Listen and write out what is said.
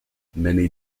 many